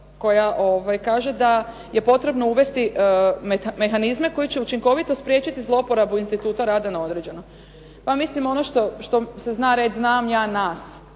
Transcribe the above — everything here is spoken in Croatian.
koja kaže da je potrebno uvesti mehanizme koji će učinkovito spriječiti zlouporabu instituta rada na određeno. Pa mislim ono što se zna reći znam ja nas,